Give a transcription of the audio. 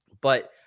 But-